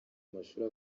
amashuri